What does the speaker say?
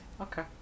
Okay